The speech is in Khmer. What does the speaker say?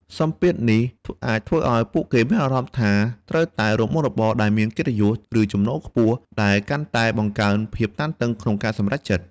សម្ពាធនេះអាចធ្វើឱ្យពួកគេមានអារម្មណ៍ថាត្រូវតែរកមុខរបរដែលមានកិត្តិយស ឬចំណូលខ្ពស់ ដែលកាន់តែបង្កើនភាពតានតឹងក្នុងការសម្រេចចិត្ត។